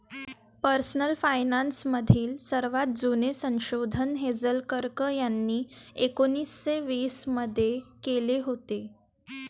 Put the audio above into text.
personal finance मधील सर्वात जुने संशोधन हेझेल कर्क यांनी एकोन्निस्से वीस मध्ये केले होते